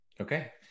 Okay